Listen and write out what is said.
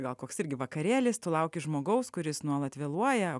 gal koks irgi vakarėlis tu lauki žmogaus kuris nuolat vėluoja